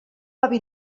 avi